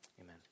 amen